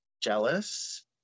jealous